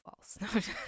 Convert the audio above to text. false